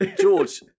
George